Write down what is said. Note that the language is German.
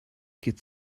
geht